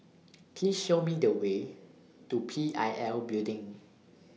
Please Show Me The Way to P I L Building